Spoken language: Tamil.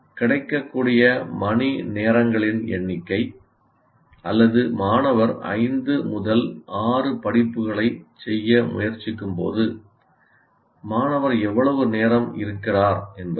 கிடைக்கக்கூடிய மணிநேரங்களின் எண்ணிக்கை அல்லது மாணவர் 5 முதல் 6 படிப்புகளைச் செய்ய முயற்சிக்கும்போது மாணவர் எவ்வளவு நேரம் இருக்கிறார் என்பதே